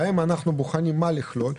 בהם אנחנו בוחנים מה לכלול.